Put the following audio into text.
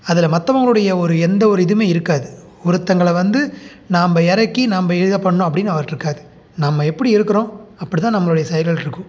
அதில் மற்றவங்களுடைய ஒரு எந்த ஒரு இதுவுமே இருக்காது ஒருத்தங்களை வந்து நாம் இறக்கி நாம் இதை பண்ணிணோம் அப்படின்னு அவர்கிட்ட இருக்காது நம்ம எப்படி இருக்கிறோம் அப்படி தான் நம்மளுடைய செயல்கள் இருக்கும்